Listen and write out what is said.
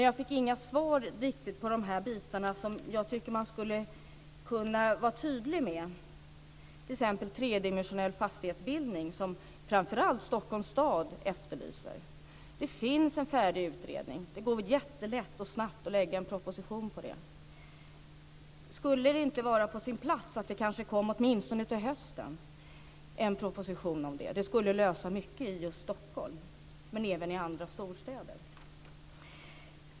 Jag fick inte riktigt svar vad gäller de bitar som jag tycker att man skulle kunna vara tydlig på, t.ex. tredimensionell fastighetsbildning som framför allt Stockholms stad efterlyser. Det finns en färdig utredning. Det går jättelätt och snabbt att lägga fram en proposition om det. Skulle det inte vara på sin plats att en proposition om det kom åtminstone till hösten? Det skulle lösa många problem i just Stockholm, men även i andra storstäder.